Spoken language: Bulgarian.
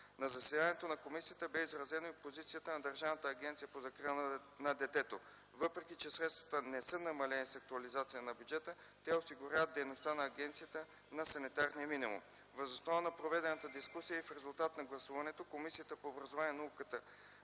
На заседанието на комисията бе изразена и позицията на Държавна агенция по закрила на детето – въпреки че средствата не са намалени с актуализацията на бюджета, те осигуряват дейността на агенцията на санитарния минимум. Въз основа на проведената дискусия и в резултат на гласуването, Комисията по образование, наука,